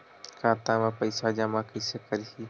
खाता म पईसा जमा कइसे करही?